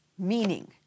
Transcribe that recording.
meaning